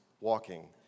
walking